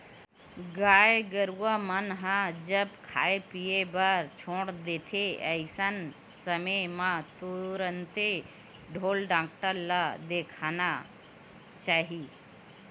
गाय गरुवा मन ह जब खाय पीए बर छोड़ देथे अइसन समे म तुरते ढ़ोर डॉक्टर ल देखाना चाही